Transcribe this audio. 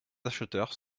acheteurs